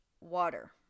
water